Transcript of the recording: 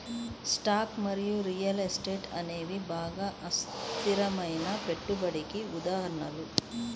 stocks మరియు real estate అనేవి బాగా అస్థిరమైన పెట్టుబడికి ఉదాహరణలు